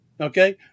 Okay